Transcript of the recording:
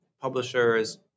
publishers